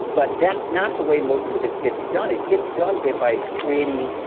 but that's not the way most of it gets done. it gets done by by creating,